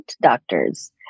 doctors